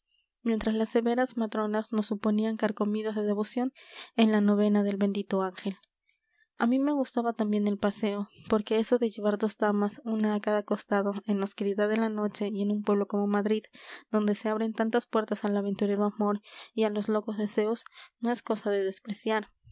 mientras las severas matronas nos suponían carcomidos de devoción en la novena del bendito arcángel a mí me gustaba también el paseo porque eso de llevar dos damas una a cada costado en la oscuridad de la noche y en un pueblo como madrid donde se abren tantas puertas al aventurero amor y a los locos deseos no es cosa de despreciar